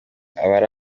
abari